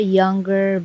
younger